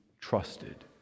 trusted